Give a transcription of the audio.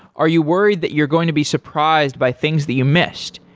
are you worried that you're going to be surprised by things that you missed,